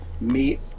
meet